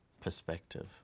perspective